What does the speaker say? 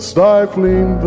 Stifling